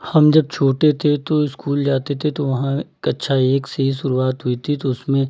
हम जब छोटे थे तो इस्कूल जाते थे तो वहाँ कक्षा एक से ही शुरुआत हुई थी तो उसमें